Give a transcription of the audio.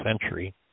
century